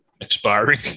expiring